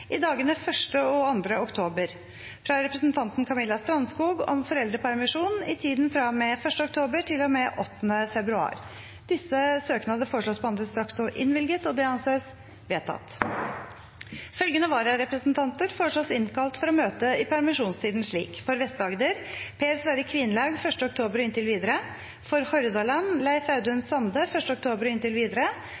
i dagene 1. og 2. oktober fra representanten Camilla Strandskog om foreldrepermisjon i tiden fra og med 1. oktober til og med 8. februar Etter forslag fra presidenten ble enstemmig besluttet: Søknadene behandles straks og innvilges. Følgende vararepresentanter innkalles for å møte i permisjonstiden: For Vest-Agder: Per Sverre Kvinlaug 1. oktober og inntil videre For Hordaland: Leif Audun